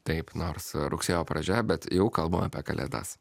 taip nors rugsėjo pradžia bet jau kalbam apie kalėdas